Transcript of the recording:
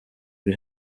uri